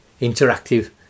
interactive